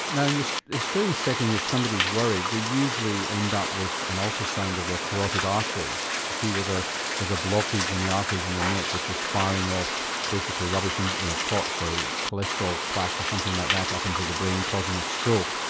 now in the australian setting if somebody's worried they usually end up with an ultrasound of their carotid arteries to see whether there's a blockage in the arteries in the neck which is firing off basically rubbish, and you know clots or cholesterol, plaque or something like that up into the brain causing a stroke.